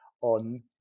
on